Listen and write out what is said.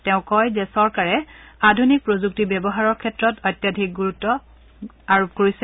তেওঁ কয় যে চৰকাৰে আধুনিক প্ৰযুক্তি ব্যৱহাৰৰ ক্ষেত্ৰত অত্যাধিক গুৰুত্ব আৰোপ কৰিছে